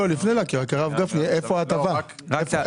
לפני ההקראה, הרב גפני, איפה ההטבה פה?